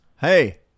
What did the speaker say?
Hey